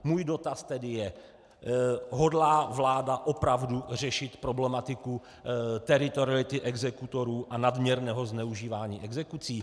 Můj dotaz tedy je: Hodlá vláda opravdu řešit problematiku teritoriality exekutorů a nadměrného zneužívání exekucí?